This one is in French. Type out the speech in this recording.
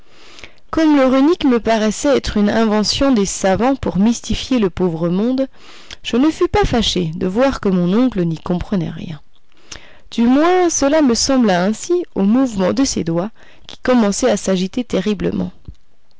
comme le runique me paraissait être une invention de savants pour mystifier le pauvre monde je ne fus pas fâché de voir que mon oncle n'y comprenait rien du moins cela me sembla ainsi au mouvement de ses doigts qui commençaient à s'agiter terriblement